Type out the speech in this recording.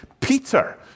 Peter